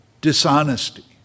dishonesty